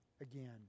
again